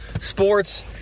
sports